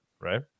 right